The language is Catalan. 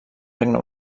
regne